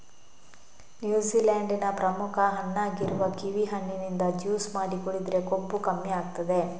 New Zealand ನ ಪ್ರಮುಖ ಹಣ್ಣಾಗಿರುವ ಕಿವಿ ಹಣ್ಣಿನಿಂದ ಜ್ಯೂಸು ಮಾಡಿ ಕುಡಿದ್ರೆ ಕೊಬ್ಬು ಕಮ್ಮಿ ಆಗ್ತದೆ